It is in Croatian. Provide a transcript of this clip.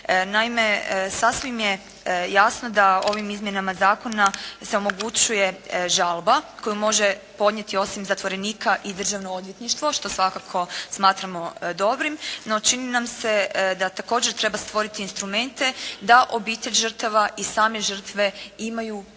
Naime, sasvim je jasno da ovim izmjenama zakona se omogućuje žalba koju može podnijeti osim zatvorenika i Državno odvjetništvo što svakako smatramo dobrim. No, čini nam se da također treba stvoriti instrumente da obitelj žrtava i same žrtve imaju mogućnost